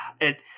It